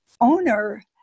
owner